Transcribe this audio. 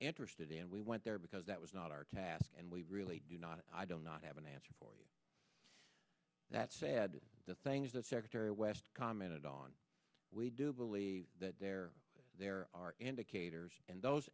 interested and we went there because that was not our task and we really do not i don't not have an answer for you that said the things that secretary west commented on we do believe that there are there are indicators and those